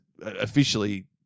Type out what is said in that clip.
officially